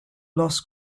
los